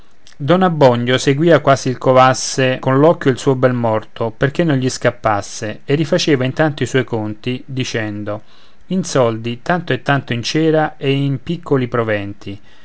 don abbondio seguia quasi il covasse coll'occhio il suo bel morto perché non gli scappasse e rifaceva intanto i suoi conti dicendo in soldi tanto e tanto in cera e in piccoli proventi